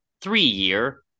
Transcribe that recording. three-year